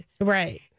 Right